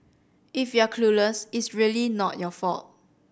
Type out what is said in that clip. if you're clueless it's really not your fault